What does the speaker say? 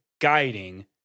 guiding